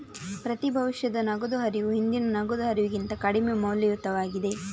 ಪ್ರತಿ ಭವಿಷ್ಯದ ನಗದು ಹರಿವು ಹಿಂದಿನ ನಗದು ಹರಿವಿಗಿಂತ ಕಡಿಮೆ ಮೌಲ್ಯಯುತವಾಗಿದೆ